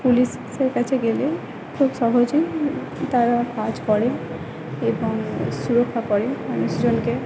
পুলিশের কাছে গেলে খুব সহজেই তারা কাজ করেন এবং সুরক্ষা করে মানুষজনকে